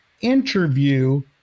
interview